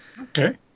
Okay